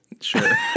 sure